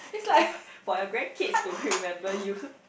for for your grandkids to remember you